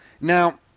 Now